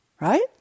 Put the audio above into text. right